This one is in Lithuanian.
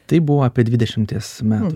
taip buvo apie dvidešimties metų